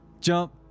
jump